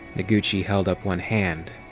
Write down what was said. noguchi held up one hand.